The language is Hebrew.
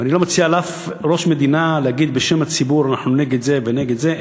אני לא מציע לאף ראש מדינה להגיד בשם הציבור אנחנו נגד זה ונגד זה,